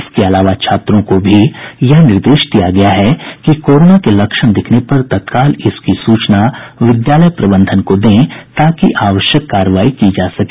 इसके अलावा छात्रों को भी यह निर्देश दिया गया है कि कोरोना के लक्षण दिखने पर तत्काल इसकी सूचना विद्यालय प्रबंधन को दें ताकि आवश्यक कार्रवाई की जा सके